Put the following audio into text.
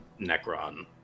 Necron